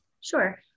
Sure